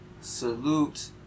Salute